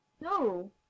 No